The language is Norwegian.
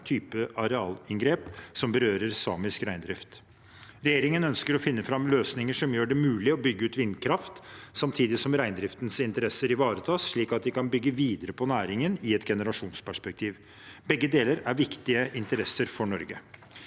typer arealinngrep som berører samisk reindrift. Regjeringen ønsker å finne løsninger som gjør det mulig å bygge ut vindkraft, samtidig som reindriftens interesser ivaretas slik at de kan bygge videre på næringen i et generasjonsperspektiv. Begge deler er viktige interesser for Norge.